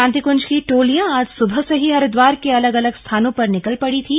शांति कुंज की टोलियां आज सुबह से ही हरिद्वार के अलग अलग स्थानों पर निकल पड़ी थी